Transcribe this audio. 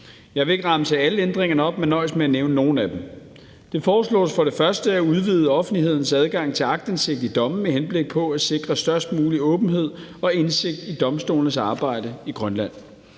Jeg vil ikke remse alle ændringerne op, men nøjes med at nævne nogle af dem. Det foreslås for det første at udvide offentlighedens adgang til aktindsigt i domme med henblik på at sikre størst mulig åbenhed og indsigt i domstolenes arbejde i Grønland.